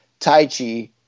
Taichi